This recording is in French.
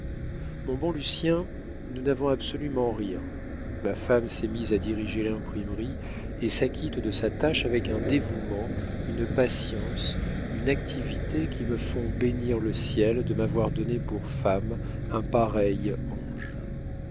mon bon lucien nous n'avons absolument rien ma femme s'est mise à diriger l'imprimerie et s'acquitte de sa tâche avec un dévouement une patience une activité qui me font bénir le ciel de m'avoir donné pour femme un pareil ange